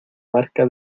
barca